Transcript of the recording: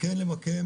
כן להקים